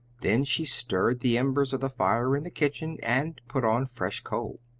then she stirred the embers of the fire in the kitchen and put on fresh coal.